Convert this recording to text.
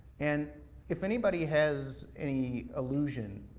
and if anybody has any illusion,